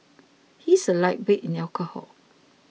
he is a lightweight in alcohol